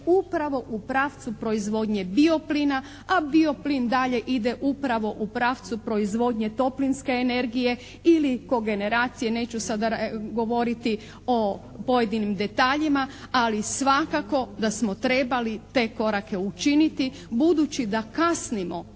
upravo u pravcu proizvodnje bio-plina, a bio-plin dalje ide upravo u pravcu proizvodnje toplinske energije ili kogeneracije, neću sada govoriti o pojedinim detaljima, ali svakako da smo trebali te korake učiniti. Budući da kasnimo